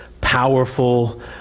powerful